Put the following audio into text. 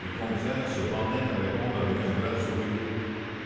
et combeferre se bornait à répondre avec un grave sourire